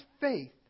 faith